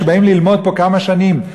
שבאים ללמוד פה כמה שנים,